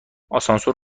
آسانسور